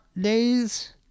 days